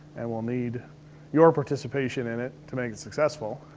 and we'll need your participation in it to make it successful.